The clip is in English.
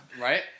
Right